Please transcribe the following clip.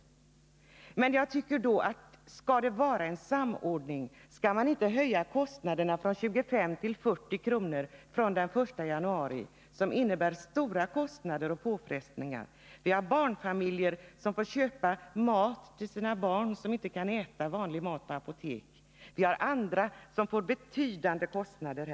Men jag tycker att skall det vara en samordning, då skall man inte höja kostnaderna från 25 till 40 kr. från den 1 januari — det skulle innebära stora påfrestningar. Det finns bl.a. barnfamiljer som får köpa mat på apotek till sina barn, som inte kan äta vanlig mat. Det finns Nr 46 också andra som får betydande kostnader.